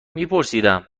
میپرسم